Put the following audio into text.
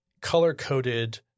color-coded